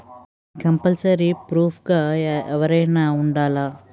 Compulsory proof గా ఎవరైనా ఉండాలా?